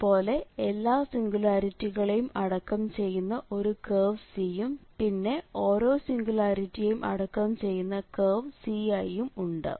അതുപോലെ എല്ലാ സിംഗുലാരിറ്റികളെയും അടക്കം ചെയ്യുന്ന ഒരു കേർവ് C യും പിന്നെ ഓരോ സിംഗുലാരിറ്റിയെയും അടക്കം ചെയ്യുന്ന കേർവ് Ci യും ഉണ്ട്